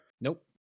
Nope